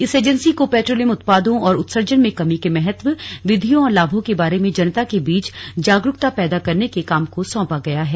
इस एजेंसी को पेट्रोलियम उत्पादों और उत्सर्जन में कमी के महत्व विधियों और लाभों के बारे में जनता के बीच जागरूकता पैदा करने के काम को सौंपा गया है